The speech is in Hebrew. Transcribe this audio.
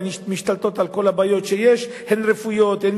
מה שנקרא,